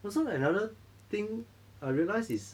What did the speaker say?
no so another thing I realise is